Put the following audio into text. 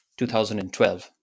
2012